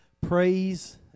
praise